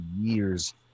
years